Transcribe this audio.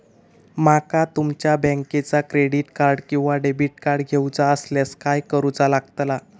माका तुमच्या बँकेचा क्रेडिट कार्ड किंवा डेबिट कार्ड घेऊचा असल्यास काय करूचा लागताला?